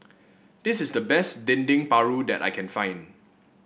this is the best Dendeng Paru that I can find